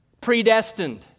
Predestined